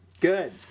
Good